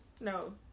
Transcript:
No